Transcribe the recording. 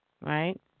right